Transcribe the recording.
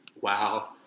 Wow